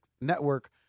Network